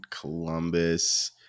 Columbus